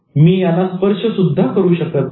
मी याला स्पर्श सुद्धा करू शकत नाही